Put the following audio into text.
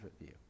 view